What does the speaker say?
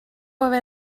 haver